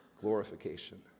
Glorification